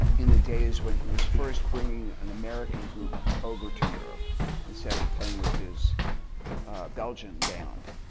in the days when he was first bringing an american group over to europe instead of playing with his belgium band.